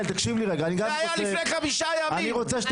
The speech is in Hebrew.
זה היה לפני חמישה ימים.